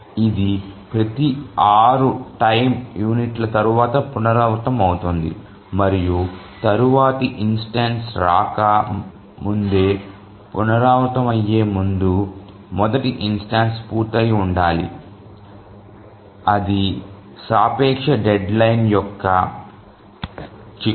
ఇది ప్రతి 6 టైమ్ యూనిట్ల తర్వాత పునరావృతమవుతుంది మరియు తరువాతి ఇన్స్టెన్సు రాక ముందే పునరావృతమయ్యే ముందు మొదటి ఇన్స్టెన్సు పూర్తయి ఉండాలి అది సాపేక్ష డెడ్లైన్ యొక్క చిక్కు